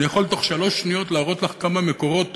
אני יכול בתוך שלוש שניות להראות לך כמה מקורות טובים,